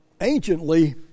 Anciently